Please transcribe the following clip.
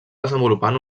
desenvolupant